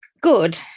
Good